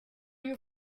you